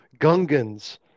Gungans